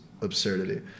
absurdity